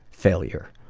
failure.